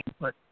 input